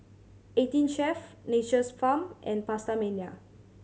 Eighteen Chef Nature's Farm and PastaMania